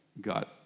got